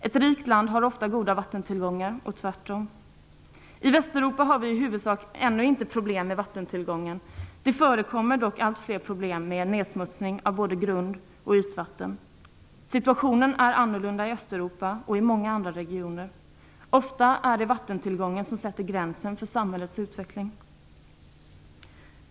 Ett rikt land har ofta goda vattentillgångar och tvärtom. I Västeuropa har vi i huvudsak ännu inte problem med vattentillgången. Det förekommer dock allt fler problem med nedsmutsning av både grund och ytvatten. Situationen är annorlunda i Östeuropa och i många andra regioner. Ofta är det vattentillgången som sätter gränsen för samhällets utveckling.